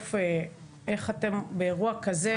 שבסוף איך אתם באירוע כזה,